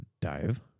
Dive